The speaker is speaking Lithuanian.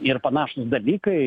ir panašūs dalykai